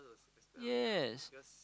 yes